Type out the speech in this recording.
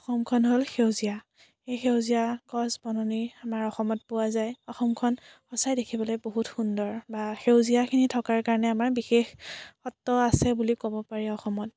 অসমখন হ'ল সেউজীয়া এই সেউজীয়া গছ বননি আমাৰ অসমত পোৱা যায় অসমখন সঁচাই দেখিবলৈ বহুত সুন্দৰ বা সেউজীয়াখিনি থকাৰ কাৰণে আমাৰ বিশেষত্ব আছে বুলি ক'ব পাৰি অসমত